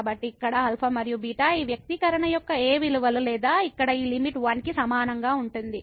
కాబట్టి ఇక్కడ α మరియు β ఈ వ్యక్తీకరణ యొక్క ఏ విలువలు లేదా ఇక్కడ ఈ లిమిట్ 1 కి సమానం అవుతుంది